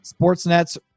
Sportsnet's